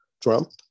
Trump